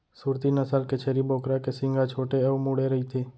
सूरती नसल के छेरी बोकरा के सींग ह छोटे अउ मुड़े रइथे